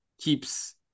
keeps